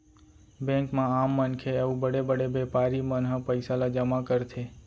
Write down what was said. bank म आम मनखे अउ बड़े बड़े बेपारी मन ह पइसा ल जमा करथे